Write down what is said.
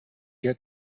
que